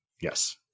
Yes